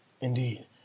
Indeed